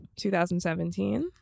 2017